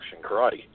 Karate